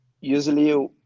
usually